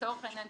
לצורך העניין,